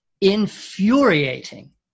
infuriating